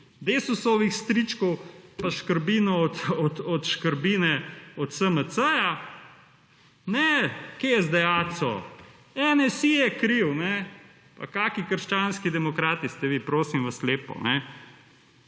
DeSUS-ovih stričkov pa škrbinov od škrbine od SMC-ja. Ne, kje je zdaj Aco, NSi je kriv. Pa kakšni krščanski demokrati ste vi, prosim vas lepo. Pa